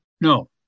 No